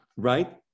Right